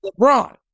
LeBron